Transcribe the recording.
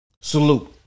Salute